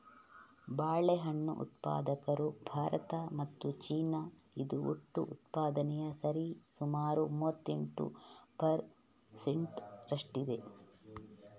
ಬಾಳೆಹಣ್ಣು ಉತ್ಪಾದಕರು ಭಾರತ ಮತ್ತು ಚೀನಾ, ಇದು ಒಟ್ಟು ಉತ್ಪಾದನೆಯ ಸರಿಸುಮಾರು ಮೂವತ್ತೆಂಟು ಪರ್ ಸೆಂಟ್ ರಷ್ಟಿದೆ